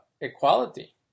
equality